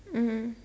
mm mm